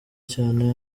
cyane